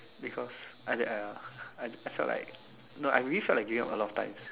because I I I felt like no I really felt like giving up a lot of times